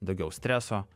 daugiau streso